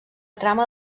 trama